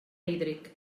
hídric